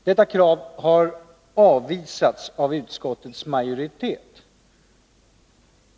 Detta krav har avvisats av utskottets majoritet.